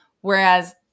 Whereas